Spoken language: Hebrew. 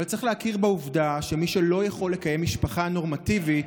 אבל צריך להכיר בעובדה שמי שלא יכול לקיים משפחה נורמטיבית,